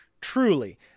truly